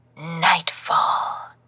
Nightfall